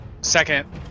Second